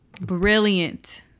brilliant